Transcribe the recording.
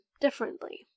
differently